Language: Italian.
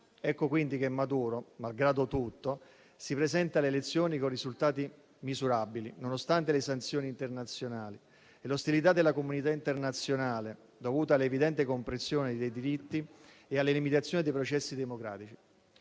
Ecco quindi che Maduro, malgrado tutto, si presenta alle elezioni con risultati misurabili, nonostante le sanzioni internazionali e l'ostilità della comunità internazionale, dovuta all'evidente compressione dei diritti e alla limitazione dei processi democratici.